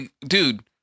dude